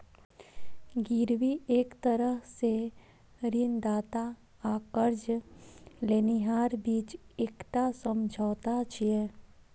गिरवी एक तरह सं ऋणदाता आ कर्ज लेनिहारक बीच एकटा समझौता छियै